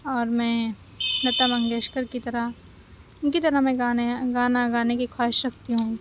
اور میں لتّا منگیشکر کی طرح اُن کی طرح میں گانے گانا گانے کی خواہش رکھتی ہوں